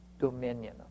dominion